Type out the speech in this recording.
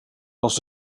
als